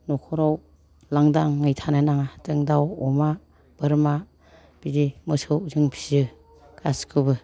न'खराव लांदाङै थानो नाङा जों दाउ अमा बोरमा बिदि मोसौ जों फिसियो गासिखौबो